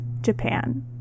japan